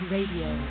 Radio